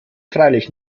freilich